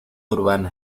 urbana